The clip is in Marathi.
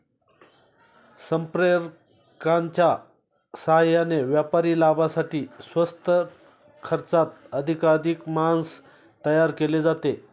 संप्रेरकांच्या साहाय्याने व्यापारी लाभासाठी स्वस्त खर्चात अधिकाधिक मांस तयार केले जाते